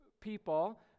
people